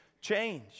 change